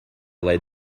laid